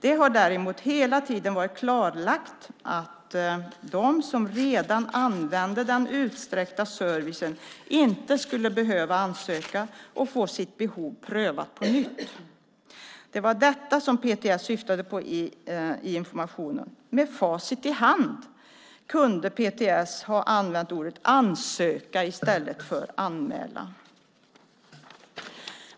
Det har däremot hela tiden varit klarlagt att de som redan använde den utsträckta servicen inte skulle behöva ansöka och få sitt behov prövat på nytt. Det var detta som PTS syftade på i informationen. Med facit i hand kunde PTS ha använt ordet "ansöka" i stället för "anmäla".